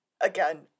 again